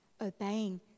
obeying